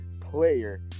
player